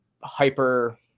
hyper